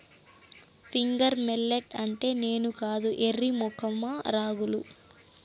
finger millet అంటే నేను కాదు ఎర్రి మొఖమా రాగులు